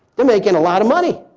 they're making a lot of money.